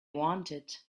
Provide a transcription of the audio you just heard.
wanted